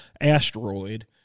asteroid